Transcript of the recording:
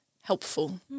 helpful